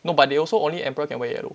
no but they also only emperor can wear yellow